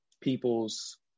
people's